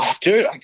Dude